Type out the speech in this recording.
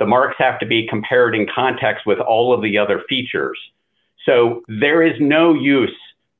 the marks have to be compared in context with all of the other features so there is no use